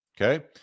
Okay